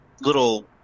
little